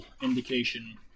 indication